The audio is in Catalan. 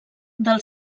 del